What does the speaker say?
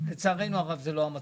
לצערנו הרב זה לא המצב.